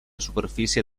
superfície